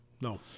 No